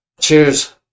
cheers